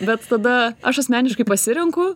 bet tada aš asmeniškai pasirenku